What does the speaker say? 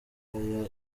nyuma